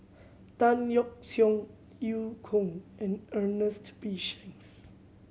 Tan Yeok Seong Eu Kong and Ernest P Shanks